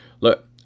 look